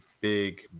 big